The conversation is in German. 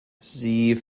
sie